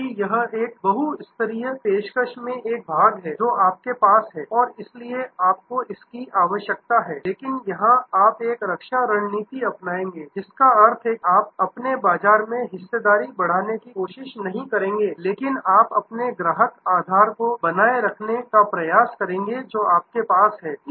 क्योंकि यह एक बहु स्तरीय पेशकश में एक भाग है जो आपके पास है और इसलिए आपको इसकी आवश्यकता है लेकिन यहां आप एक रक्षा रणनीति अपनाएंगे जिसका अर्थ है कि आप अपने बाजार में हिस्सेदारी बढ़ाने की कोशिश नहीं करेंगे लेकिन आप अपने ग्राहक आधार को बनाए रखने का प्रयास करेंगे जो आपके पास है